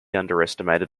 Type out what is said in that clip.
underestimated